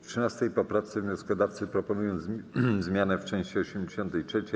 W 13. poprawce wnioskodawcy proponują zmianę w części 83: